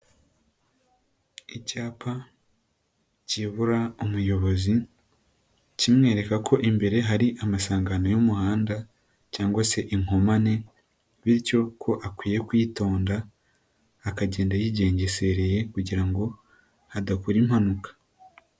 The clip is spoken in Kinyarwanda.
Icyapa kiyobora umuyobozi kimwereka ko imbere hari amasangano y'umuhanda cyangwa se inkomane bityo ko akwiye kwitonda akagenda yigengesereye kugira ngo adakora impanuka.